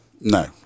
No